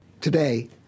Today